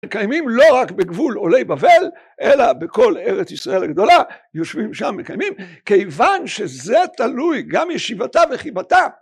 מקיימים לא רק בגבול עולי בבל, אלא בכל ארץ ישראל הגדולה, יושבים שם מקיימים, כיוון שזה תלוי גם ישיבתה וחיבתה